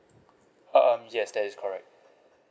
um yes that is correct